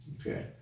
Okay